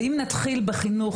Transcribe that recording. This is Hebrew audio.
אם נתחיל בחינוך,